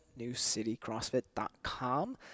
newcitycrossfit.com